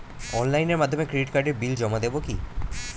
অনলাইনের মাধ্যমে ক্রেডিট কার্ডের বিল জমা দেবো কি?